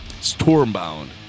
Stormbound